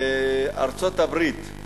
ארצות-הברית.